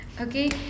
okay